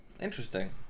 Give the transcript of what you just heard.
Interesting